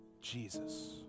Jesus